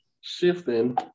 shifting